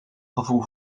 gevoel